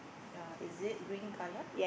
ya is it green colour